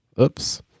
oops